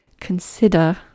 consider